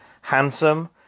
handsome